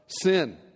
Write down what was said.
sin